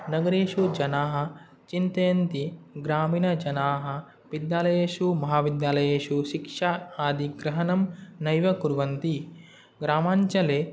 नगरेषु जनाः चिन्तयन्ति ग्रामीणजनाः विद्यालयेषु महाविद्यालयेषु शिक्षा आदिग्रहणं नैव कुर्वन्ति ग्रामाञ्चले